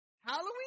Halloween